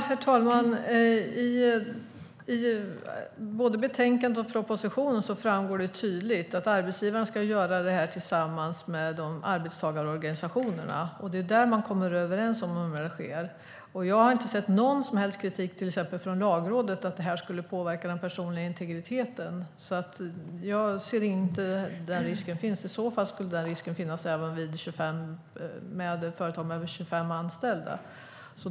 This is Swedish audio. Herr talman! I både betänkandet och propositionen framgår det tydligt att arbetsgivaren ska göra det tillsammans med arbetstagarorganisationerna. Det är där man kommer överens om hur det ska ske. Jag har inte sett någon som helst kritik från till exempel Lagrådet att det skulle påverka den personliga integriteten. Jag ser inte att den risken finns. I så fall skulle den risken finnas även i företag med över 25 anställda.